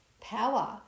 power